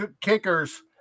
kickers